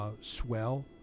swell